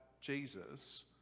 Jesus